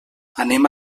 anem